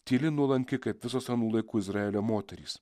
tyli nuolanki kaip visos anų laikų izraelio moterys